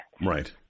Right